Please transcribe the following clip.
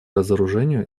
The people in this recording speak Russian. разоружению